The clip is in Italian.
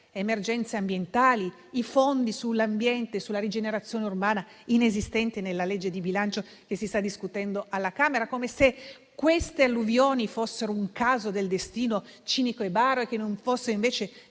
emergenze ambientali, i fondi sull'ambiente e sulla rigenerazione urbana sono inesistenti nella legge di bilancio che si sta discutendo alla Camera, come se queste alluvioni fossero un caso del destino cinico e baro e non fossero invece